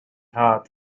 had